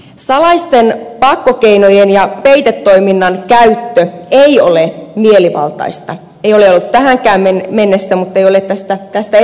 salaisten pakkokeinojen ja peitetoiminnan käyttö ei ole mielivaltaista ei ole ollut tähänkään mennessä mutta ei ole tästä eteenpäinkään